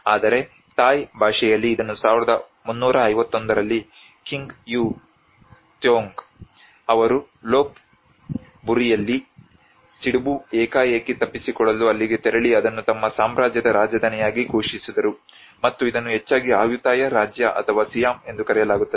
ಆದರೆ ಥಾಯ್ ಭಾಷೆಯಲ್ಲಿ ಇದನ್ನು 1351 ರಲ್ಲಿ ಕಿಂಗ್ ಯು ಥೋಂಗ್ ಅವರು ಲೋಪ್ ಬುರಿಯಲ್ಲಿ ಸಿಡುಬು ಏಕಾಏಕಿ ತಪ್ಪಿಸಿಕೊಳ್ಳಲು ಅಲ್ಲಿಗೆ ತೆರಳಿ ಅದನ್ನು ತಮ್ಮ ಸಾಮ್ರಾಜ್ಯದ ರಾಜಧಾನಿಯಾಗಿ ಘೋಷಿಸಿದರು ಮತ್ತು ಇದನ್ನು ಹೆಚ್ಚಾಗಿ ಆಯುತ್ತಯ ರಾಜ್ಯ ಅಥವಾ ಸಿಯಾಮ್ ಎಂದು ಕರೆಯಲಾಗುತ್ತದೆ